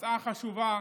הצעה חשובה: